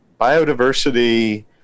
biodiversity